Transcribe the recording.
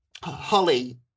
Holly